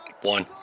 One